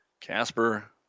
Casper